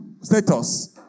status